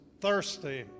thirsty